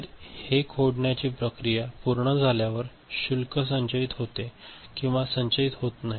तर हे खोडण्याची प्रक्रिया पूर्ण झाल्यावर शुल्क संचयित होते किंवा संचयित होत नाही